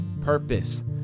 purpose